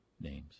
names